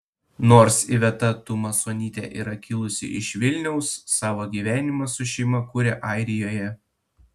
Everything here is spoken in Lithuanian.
nors iveta tumasonytė yra kilusi iš vilniaus savo gyvenimą su šeima kuria airijoje